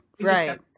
Right